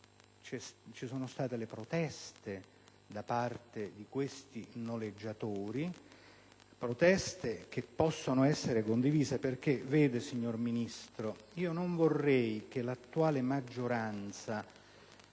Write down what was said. Ci sono state proteste da parte di questi noleggiatori che possono essere condivise. Signor Ministro, non vorrei che l'attuale maggioranza